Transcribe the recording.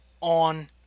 on